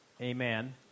amen